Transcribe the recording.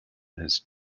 his